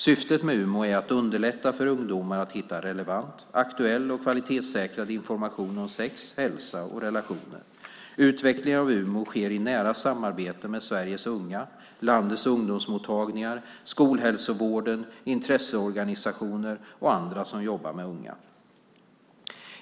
Syftet med UMO är att underlätta för ungdomar att hitta relevant, aktuell och kvalitetssäkrad information om sex, hälsa och relationer. Utvecklingen av UMO sker i nära samarbete med Sveriges unga, landets ungdomsmottagningar, skolhälsovården, intresseorganisationer och andra som jobbar med unga.